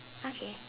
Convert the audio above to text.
okay